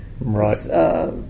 Right